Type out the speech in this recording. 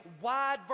wide